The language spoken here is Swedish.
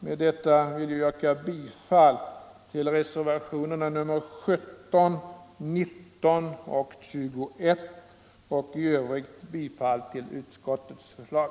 Med detta vill jag yrka bifall till reservationerna 17, 19 och 21 vid skatteutskottets betänkande nr 54 samt i övrigt bifall till utskottets förslag.